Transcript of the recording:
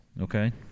Okay